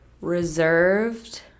Reserved